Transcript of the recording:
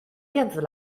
电子